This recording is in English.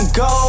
go